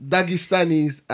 Dagestani's